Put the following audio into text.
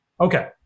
Okay